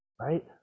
right